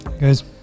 guys